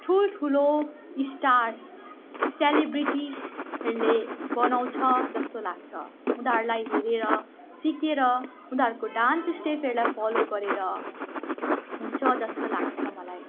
ठुलठुलो स्टार सेलिब्रिटीहरूले बनाउँछ जस्तो लाग्छ उनीहरूलाई हेरेर सिकेर उनीहरूको डान्स स्टेपहरूलाई फलो गरेर हुन्छ जस्तो लाग्छ मलाई